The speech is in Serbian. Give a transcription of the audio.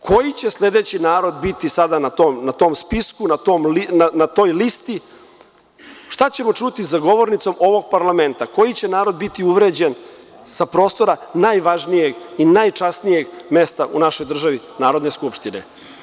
Koji će sledeći narod biti sada na tom spisku, na toj listi, šta ćemo čuti za govornicom ovog parlamenta, koji će narod biti uvređen sa prostora najvažnijeg i najčasnijeg mesta u našoj državi, Narodne skupštine.